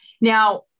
Now